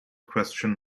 question